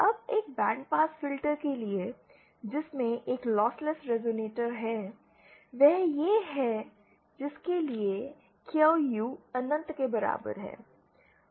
अब एक band pass filter के लिए जिसमें एक लॉसलेस रेज़ोनेटर है वह यह है जिसके लिए QU अनंत के बराबर है